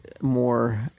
more